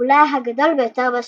אולי הגדול ביותר בשכונה.